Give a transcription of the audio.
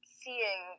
seeing